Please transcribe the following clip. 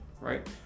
right